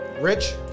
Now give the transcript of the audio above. Rich